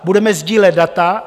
Budeme sdílet data.